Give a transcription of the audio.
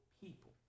people